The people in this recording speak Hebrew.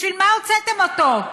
בשביל מה הוצאתם אותו?